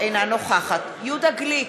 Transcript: אינה נוכחת יהודה גליק,